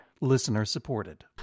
listener-supported